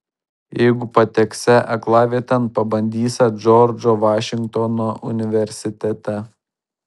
jeigu pateksią aklavietėn pabandysią džordžo vašingtono universitete